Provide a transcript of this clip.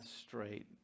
straight